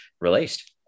released